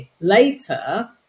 later